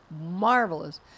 Marvelous